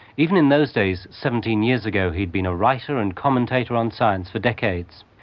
even in those days, seventeen years ago, he'd been a writer and commentator on science for decades.